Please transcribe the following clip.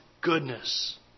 goodness